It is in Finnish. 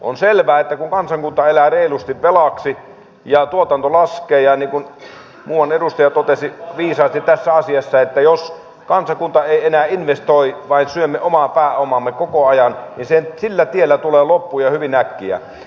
on selvää että kun kansakunta elää reilusti velaksi ja tuotanto laskee niin kuin muuan edustaja totesi viisaasti tässä asiassa jos kansakunta ei enää investoi vaan syömme omaa pääomaamme koko ajan niin sillä tiellä tulee loppu ja hyvin äkkiä